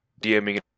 DMing